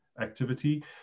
activity